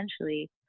essentially